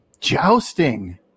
jousting